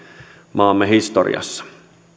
maamme historiassa